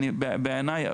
בעיניי,